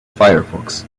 firefox